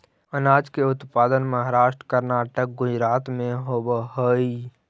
अनार के उत्पादन महाराष्ट्र, कर्नाटक, गुजरात में होवऽ हई